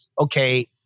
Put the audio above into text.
Okay